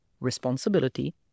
responsibility